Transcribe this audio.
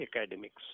academics